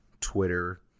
Twitter